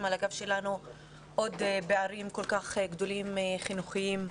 על הגב שלנו עוד פערים כל כך גדולים חינוכיים.